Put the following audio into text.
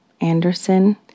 Anderson